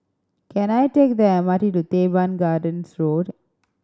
can I take the M R T to Teban Gardens Road